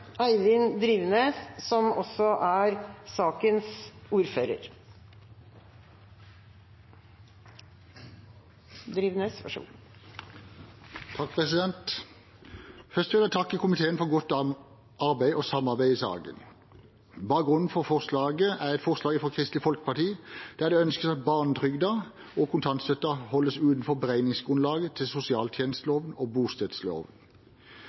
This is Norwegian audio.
Først vil jeg takke komiteen for godt arbeid og samarbeid i saken. Bakgrunnen for saken er et forslag fra Kristelig Folkeparti der en ønsker at barnetrygden og kontantstøtten holdes utenfor beregningsgrunnlaget for ytelser etter sosialtjenesteloven og